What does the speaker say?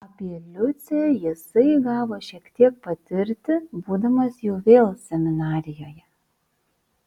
apie liucę jisai gavo šiek tiek patirti būdamas jau vėl seminarijoje